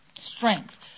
Strength